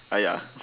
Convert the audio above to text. !aiya!